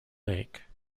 lake